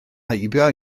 heibio